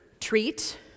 treat